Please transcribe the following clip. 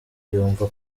yumva